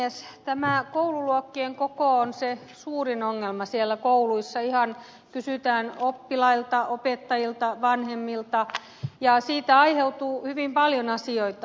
tämä koululuokkien koko on se suurin ongelma siellä kouluissa kun ihan kysytään oppilailta opettajilta vanhemmilta ja siitä aiheutuu hyvin paljon asioita